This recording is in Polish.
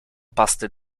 pasty